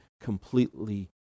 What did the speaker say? completely